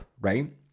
right